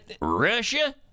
Russia